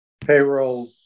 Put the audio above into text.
payroll